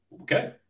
Okay